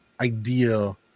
idea